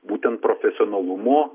būtent profesionalumo